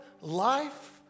life